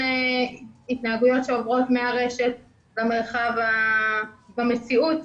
התנהגויות שעוברות מהרשת למרחב המציאותי.